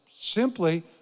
simply